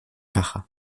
caja